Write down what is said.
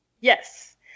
Yes